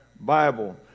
Bible